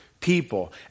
people